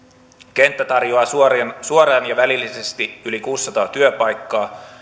kenttä tarjoaa suoraan suoraan ja välillisesti yli kuusisataa työpaikkaa